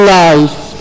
life